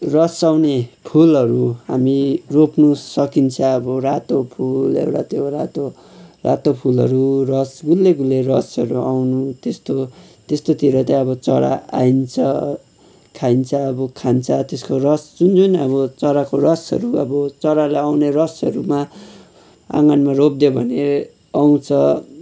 रस आउने फुलहरू हामी रोप्नु सकिन्छ अब रातो फुल एउटा त्यो रातो फुलहरू रस गुलियो गुलियो रसहरू आउनु त्यस्तो त्यस्तोतिर चाहिँ अब चरा आइन्छ खाइन्छ अब खान्छ त्यसको रस जुन जुन अब चराको रसहरू अब चरालाई आउने रसहरूमा आँगनमा रोपिदियो भने आउँछ